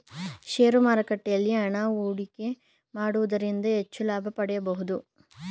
share ಮಾರುಕಟ್ಟೆಯಲ್ಲಿ ಹಣ ಹೂಡಿಕೆ ಮಾಡುವುದರಿಂದ ಹೆಚ್ಚು ಲಾಭ ಪಡೆಯಬಹುದು